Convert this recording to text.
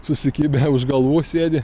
susikibę už galvų sėdi